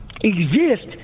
exist